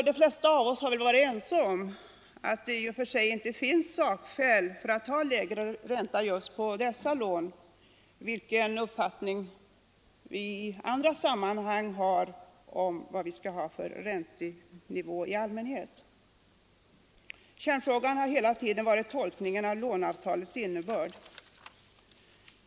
De flesta har väl varit ense om att det i och för sig inte finns några sakskäl att ha lägre ränta på just dessa lån, vilken uppfattning vi i andra sammanhang än må ha om räntenivån i allmänhet. Kärnfrågan har hela tiden varit tolkningen av låneavtalets innebörd.